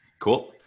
Cool